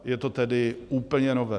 Je to tedy úplně nové.